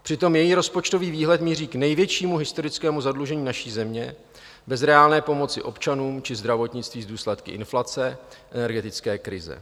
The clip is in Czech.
Přitom její rozpočtový výhled míří k největšímu historickému zadlužení naší země bez reálné pomoci občanům či zdravotnictví s důsledky inflace, energetické krize.